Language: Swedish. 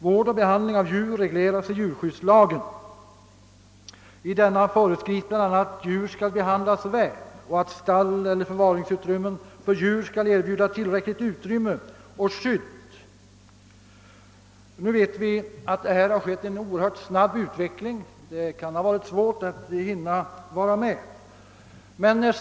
Vård och behandling av djur regleras i djurskyddslagen, och där föreskrives bland annat att djur skall behandlas väl och att stall eller förvaringsutrymmen för djur skall erbjuda tillräckligt utrymme och skydd. Nu vet vi att det har skett en oerhört snabb utveckling på detta område, och då kan det självfallet många gånger vara svårt att riktigt hinna med.